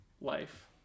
life